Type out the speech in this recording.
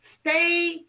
stay